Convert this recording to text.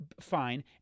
fine